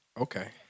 Okay